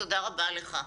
תודה רבה לך.